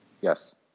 Yes